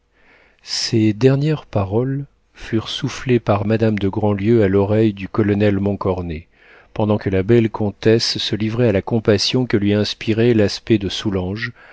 ces dernières paroles furent soufflées par madame de grandlieu à l'oreille du colonel montcornet pendant que la belle comtesse se livrait à la compassion que lui inspirait l'aspect de soulanges